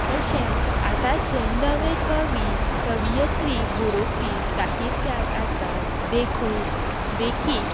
तशेंच आतांचे नवे कवी कवियत्री बरोवपी साहित्याक आसात देखून देखीक